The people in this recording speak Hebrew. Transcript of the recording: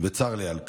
וצר לי על כך.